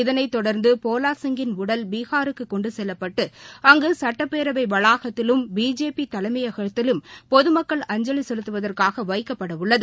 இதனைத் தொடர்ந்து போலாசிங்கின் உடல் பீகாருக்கு கொண்டு செல்லப்பட்டு அங்கு சுட்டப்பேரவை வளாகத்திலும் பிஜேபி தலைமையகத்திலும் பொதுமக்கள் அஞ்சலி செலுத்துவதற்காக வைக்கப்பட உள்ளது